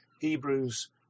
Hebrews